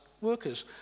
workers